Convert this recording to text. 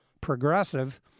progressive